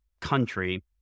country